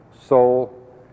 soul